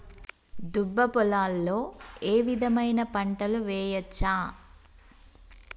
దుబ్బ పొలాల్లో ఏ విధమైన పంటలు వేయచ్చా?